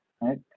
right